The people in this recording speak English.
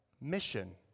mission